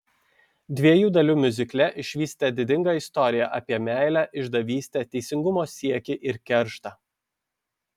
dviejų dalių miuzikle išvysite didingą istoriją apie meilę išdavystę teisingumo siekį ir kerštą